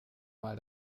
mal